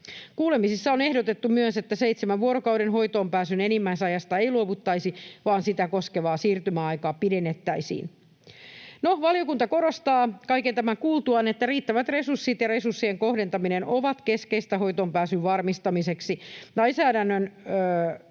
Kuulemisessa on ehdotettu myös, että seitsemän vuorokauden hoitoonpääsyn enimmäisajasta ei luovuttaisi vaan sitä koskevaa siirtymäaikaa pidennettäisiin. Valiokunta korostaa kaiken tämän kuultuaan, että riittävät resurssit ja resurssien kohdentaminen ovat keskeistä hoitoonpääsyn varmistamiseksi. Lainsäädäntö hoitoonpääsyn